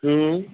हम्म